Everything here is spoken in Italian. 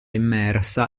immersa